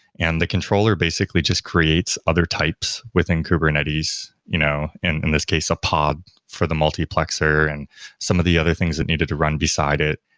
and the controller basically just creates other types within kubernetes, you know in in this case a pod for the multiplexer and some of the other things that needed to run beside it.